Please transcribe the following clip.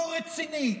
לא רצינית,